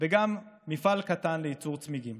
וגם מפעל קטן לייצור צמיגים